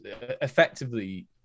effectively